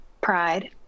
Pride